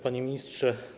Panie Ministrze!